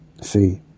See